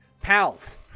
Pals